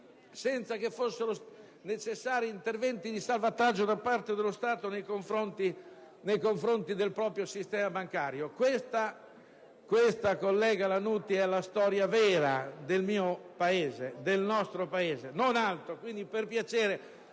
statali, ossia senza interventi di salvataggio da parte dello Stato nei confronti del proprio sistema bancario. Questa - collega Lannutti - è la storia vera del mio Paese, del nostro Paese. Non altro. Quindi, per piacere,